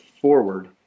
forward